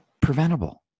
preventable